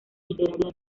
literaria